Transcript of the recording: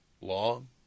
long